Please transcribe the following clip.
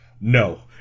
no